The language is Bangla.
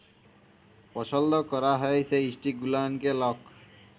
পছল্দ ক্যরা হ্যয় যে ইস্টক গুলানকে লক